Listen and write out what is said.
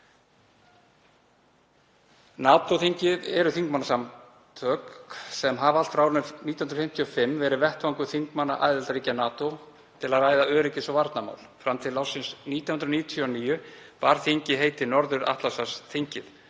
NATO-þingið er þingmannasamtök sem hefur allt frá árinu 1955 verið vettvangur þingmanna aðildarríkja NATO til að ræða öryggis- og varnarmál. Fram til ársins 1999 bar þingið heitið Norður-Atlantshafsþingið,